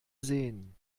sehen